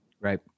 Right